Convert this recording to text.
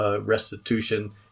Restitution